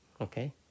Okay